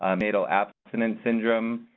neonatal abstinence syndrome,